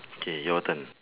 K your turn